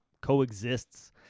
coexists